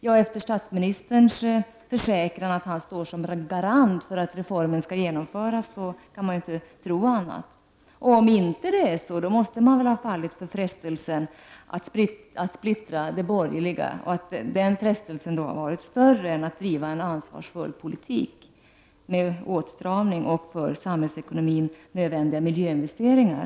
Ja, då statsministern har försäkrat att han står som garant för att reformen genomförs kan man inte tro annat. Om det inte är så, måste man väl ha fallit för frestelsen att splittra de borgerliga partierna, och den frestelsen har varit större än önskan att driva en ansvarsfull ekonomisk politik med åtstramning och för samhällsekonomin nödvändiga miljöinvesteringar.